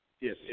Yes